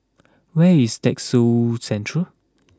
where is Textile Centre